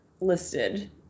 listed